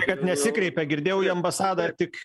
kad nesikreipia girdėjau į ambasadą tik